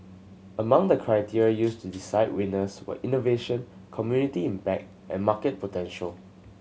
among the criteria used to decide winners were innovation community impact and market potential